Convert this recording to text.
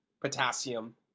potassium